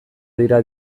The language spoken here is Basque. dira